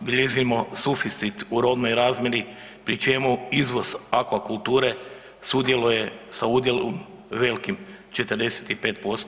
bilježimo suficit u robnoj razmjeni pri čemu izvoz akvakulture sudjeluje sa udjelom velikim, 45%